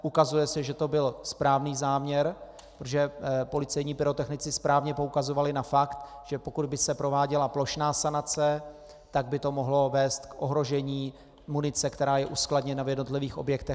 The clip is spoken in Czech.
Ukazuje se, že to byl správný záměr, že policejní pyrotechnici správně poukazovali na fakt, že pokud by se prováděla plošná sanace, tak by to mohlo vést k ohrožení munice, která je uskladněna v jednotlivých objektech.